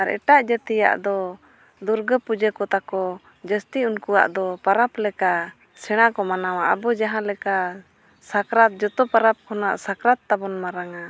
ᱟᱨ ᱮᱴᱟᱜ ᱡᱟᱹᱛᱤᱭᱟᱜ ᱫᱚ ᱫᱩᱨᱜᱟᱹ ᱯᱩᱡᱟᱹ ᱠᱚ ᱛᱟᱠᱚ ᱡᱟᱹᱥᱛᱤ ᱩᱱᱠᱩᱣᱟᱜ ᱫᱚ ᱯᱚᱨᱚᱵᱽ ᱞᱮᱠᱟ ᱥᱮᱬᱟ ᱠᱚ ᱢᱟᱱᱟᱣᱟ ᱟᱵᱚ ᱡᱟᱦᱟᱸᱞᱮᱠᱟ ᱥᱟᱠᱨᱟᱛ ᱡᱚᱛᱚ ᱯᱚᱨᱚᱵᱽ ᱠᱷᱚᱱᱟᱜ ᱥᱟᱠᱨᱟᱛ ᱛᱟᱵᱚᱱ ᱢᱟᱨᱟᱝᱼᱟ